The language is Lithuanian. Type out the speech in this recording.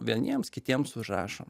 vieniems kitiems užrašo